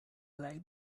like